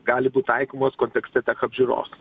gali būt taikomos kontekste tech apžiūros